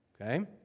Okay